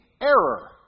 error